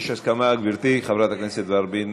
יש הסכמה, גברתי חברת הכנסת ורבין?